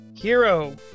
hero